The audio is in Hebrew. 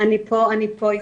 אני פה אתכם.